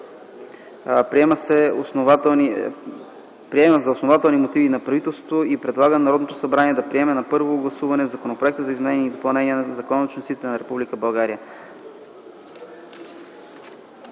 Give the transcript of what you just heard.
Приема за основателни мотивите на правителството и предлага на Народното събрание да приеме на първо гласуване Законопроект за изменение и допълнение на Закона за